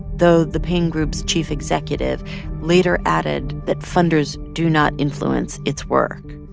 though the pain group's chief executive later added that funders do not influence its work